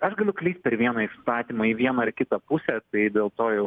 aš galiu klyst per vieną įstatymą į vieną ar kitą pusę tai dėl to jau